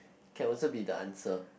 can also be the answer